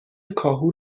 کاهو